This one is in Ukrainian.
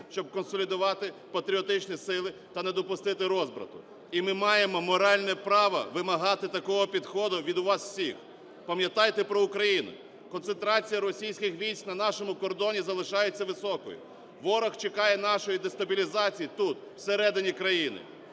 щоб консолідувати патріотичні сили та не допустити розбрату. І ми маємо моральне право вимагати такого підходу вас всіх. Пам'ятайте про Україну: концентрація російських військ на нашому кордоні залишається високою, ворог чекає нашої дестабілізації тут, всередині країни.